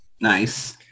Nice